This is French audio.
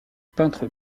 peintre